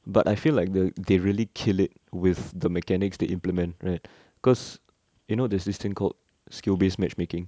but I feel like the they really kill it with the mechanics they implement right cause you know there's this thing called skill based matchmaking